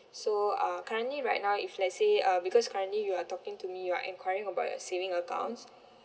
so uh currently right now if let's say uh because currently you are talking to me you are enquiring about your saving accounts